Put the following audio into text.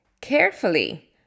Carefully